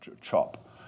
chop